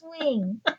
swing